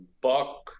buck